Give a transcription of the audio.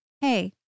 hey